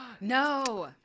No